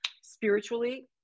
spiritually